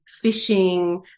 fishing